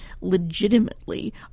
legitimately